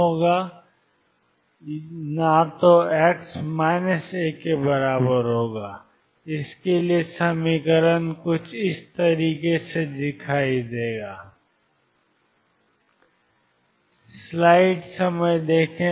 x≠a या x≠ a के लिए एक साथ समीकरण 22mEψ है जो